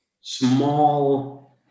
small